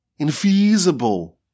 infeasible